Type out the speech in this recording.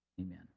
amen